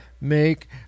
make